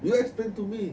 you explain to me